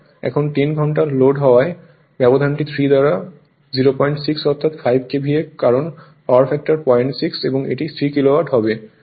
এখন 10 ঘন্টা লোড হওয়া ব্যবধানটি 3 দ্বারা 06 অর্থাৎ 5 KVA কারণ পাওয়ার ফ্যাক্টর 06 এবং এটি 3 কিলোওয়াট